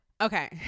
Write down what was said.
Okay